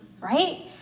right